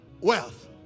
wealth